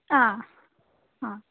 ಆಂ ಹಾಂ